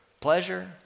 Pleasure